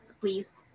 please